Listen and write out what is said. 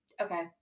Okay